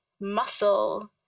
muscle